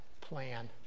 plan